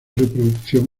reproducción